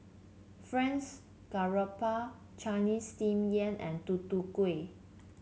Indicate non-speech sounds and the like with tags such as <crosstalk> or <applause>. <unintelligible> garoupa Chinese Steamed Yam and Tutu Kueh